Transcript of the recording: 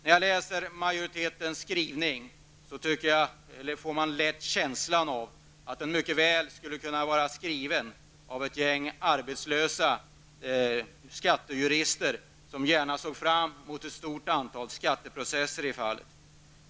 När man läser majoritetens skrivning får man lätt en känsla av att den mycket väl skulle kunna vara skriven av ett gäng arbetslösa skattejurister som gärna ser fram emot ett stort antal skatteprocesser.